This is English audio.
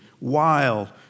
wild